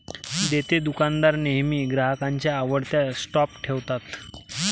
देतेदुकानदार नेहमी ग्राहकांच्या आवडत्या स्टॉप ठेवतात